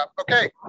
Okay